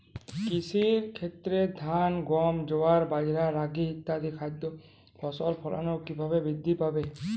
কৃষির ক্ষেত্রে ধান গম জোয়ার বাজরা রাগি ইত্যাদি খাদ্য ফসলের ফলন কীভাবে বৃদ্ধি পাবে?